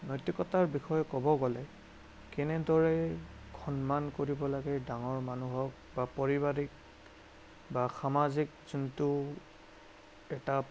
নৈতিকতাৰ বিষয়ে ক'ব গ'লে কেনেদৰে সন্মান কৰিব লাগে ডাঙৰ মানুহক বা পাৰিবাৰিক বা সামাজিক যোনটো এটা